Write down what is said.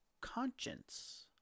conscience